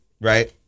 right